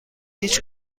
هیچ